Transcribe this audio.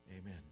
Amen